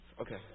Okay